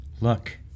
look –